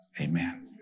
amen